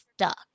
stuck